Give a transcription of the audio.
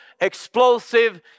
explosive